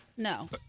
no